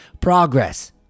progress